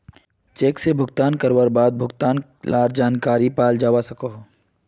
cheque से भुगतान करवार बाद भुगतान लार जानकारी पाल जावा सकोहो